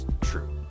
true